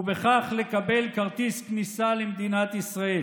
ובכך לקבל כרטיס כניסה למדינת ישראל,